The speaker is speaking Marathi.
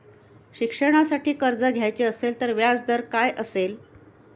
शिक्षणासाठी कर्ज घ्यायचे असेल तर व्याजदर काय असेल?